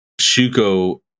Shuko